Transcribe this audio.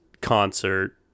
concert